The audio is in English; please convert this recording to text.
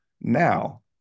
now